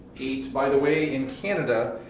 eight, by the way, in canada,